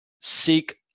seek